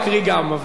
או כל אחד.